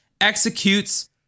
executes